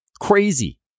Crazy